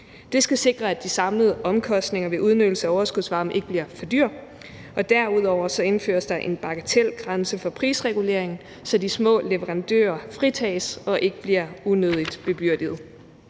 Det skal sikre, at de samlede omkostninger ved udnyttelsen af overskudsvarmen ikke bliver for dyr. Derudover indføres der en bagatelgrænse for prisreguleringen, så de små leverandører fritages og ikke bliver unødigt bebyrdet.